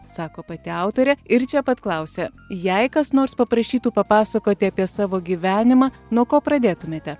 sako pati autorė ir čia pat klausia jei kas nors paprašytų papasakoti apie savo gyvenimą nuo ko pradėtumėte